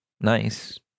Nice